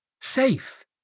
safe